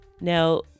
Now